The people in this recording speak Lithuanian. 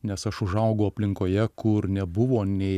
nes aš užaugau aplinkoje kur nebuvo nei